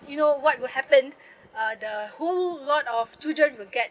you know what will happen uh the whole lot of children you will get